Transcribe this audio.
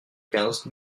quinze